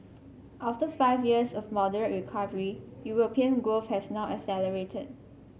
after five years of moderate recovery European growth has now accelerated